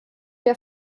der